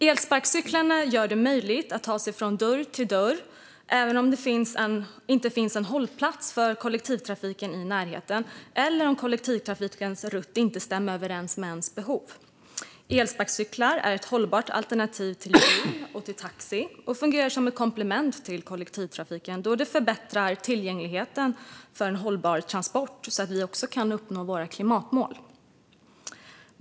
Elsparkcyklarna gör det möjligt att ta sig från dörr till dörr även om det inte finns en hållplats för kollektivtrafik i närheten eller om kollektivtrafikens rutt inte stämmer överens med ens behov. Elsparkcyklar är ett hållbart alternativ till bil och taxi och fungerar som ett komplement till kollektivtrafiken då de förbättrar tillgängligheten till hållbara transporter så att vi kan uppnå våra klimatmål.